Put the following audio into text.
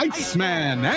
Iceman